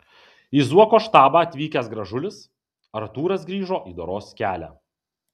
į zuoko štabą atvykęs gražulis artūras grįžo į doros kelią